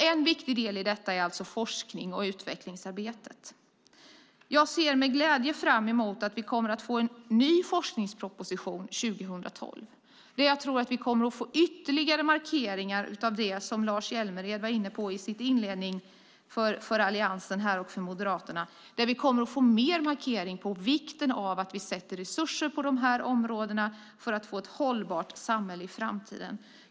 En viktig del i detta är alltså forsknings och utvecklingsarbetet. Jag ser med glädje fram emot att vi kommer att få en ny forskningsproposition 2012, där jag tror att vi kommer att få ytterligare markeringar av det som Lars Hjälmered var inne på i sin inledning här för Alliansen och Moderaterna och där vi kommer att få mer markering av vikten av att vi sätter resurser på de här områdena för att få ett hållbart samhälle i framtiden.